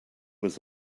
was